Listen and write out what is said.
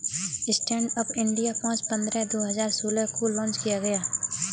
stand up India पांच अप्रैल दो हजार सोलह को लॉन्च किया गया